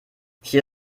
hier